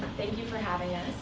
thank you for having us.